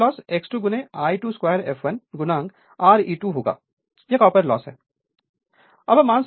तो copper loss X2 I22fl Re2 होगा यह कॉपर लॉस है